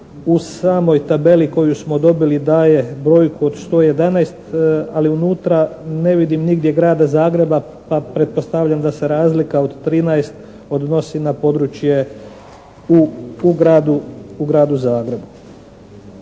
u samoj tabeli koju smo dobili daje brojku od 111 ali unutra ne vidim nigdje grada Zagreba pa pretpostavljam da se razlika od 13 odnosi na područje u gradu, u gradu